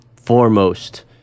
foremost